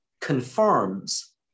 confirms